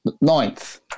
ninth